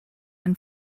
and